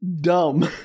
dumb